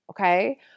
okay